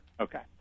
okay